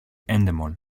endemol